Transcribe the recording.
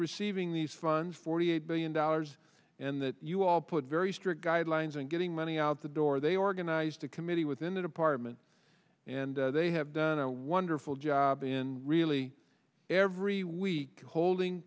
receiving these funds forty eight billion dollars and that you all put very strict guidelines and getting money out the door they organized a committee within the department and they have done a wonderful job in really every week holding